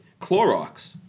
Clorox